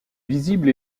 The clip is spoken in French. visible